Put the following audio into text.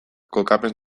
kokapen